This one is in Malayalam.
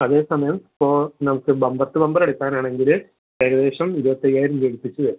അതേ സമയം ഇപ്പോൾ നമുക്ക് ബമ്പർ ടു ബമ്പർ എടുക്കാനാണെങ്കിൽ ഏകദേശം ഇരുപത്തയ്യായിരം രൂപ അടുപ്പിച്ച് വരും